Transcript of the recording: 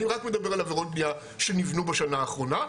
אני רק מדבר על עבירות בנייה שנבנו בשנה האחרונה,